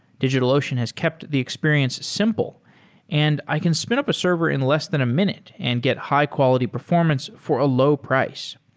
digitalocean has kept the experience simple and i can spin up a server in less than a minute and get high quality performance for a low price.